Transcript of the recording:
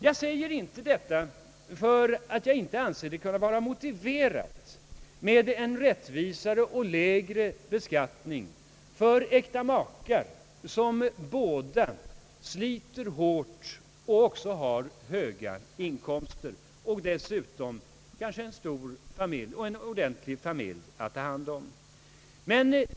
Jag säger inte detta därför att jag inte anser det vara motiverat med en rättvisare och lägre beskattning för äkta makar, vilka båda sliter hårt, har höga inkomster och dessutom kanske en stor familj att ta hand om.